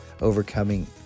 overcoming